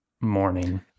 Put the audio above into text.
morning